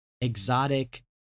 exotic